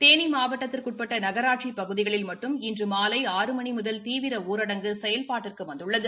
தேனி மாவட்டத்திற்கு உட்பட்ட நகராட்சி பகுதிகளில் மட்டும் இன்று மாலை ஆறு மணி முதல் தீவிர ஊரடங்கு செயல்பாட்டிற்கு வந்துள்ளது